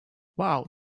wow